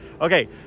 Okay